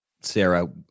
Sarah